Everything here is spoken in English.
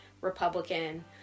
Republican